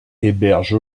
héberge